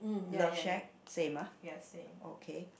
love shack same ah okay